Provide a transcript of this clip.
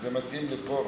זה מתאים לחבר